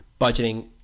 budgeting